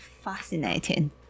Fascinating